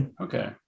okay